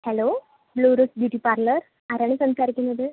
hello blue rose beauty parlour ആരാണ് സംസാരിക്കുന്നത്